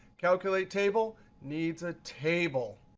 calculatetable needs a table.